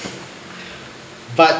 but